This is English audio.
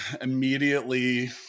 immediately